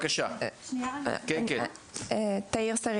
תאיר סרי